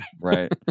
Right